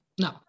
no